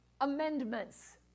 amendments